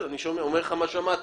אני אומר לך מה שמעתי.